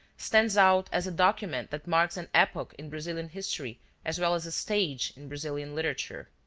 stands out as a document that marks an epoch in brazilian history as well as a stage in brazilian literature.